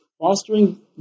fostering